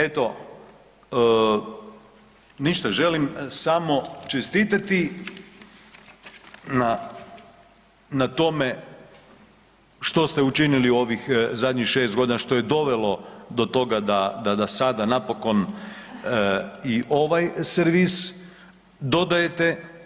Eto, ništa želim samo čestiti na tome što ste učinili u ovih zadnjih šest godina što je dovelo do toga da sada napokon i ovaj servis dodajete.